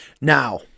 now